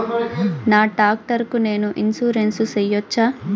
నా టాక్టర్ కు నేను ఇన్సూరెన్సు సేయొచ్చా?